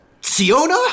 Siona